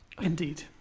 Indeed